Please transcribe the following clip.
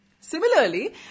Similarly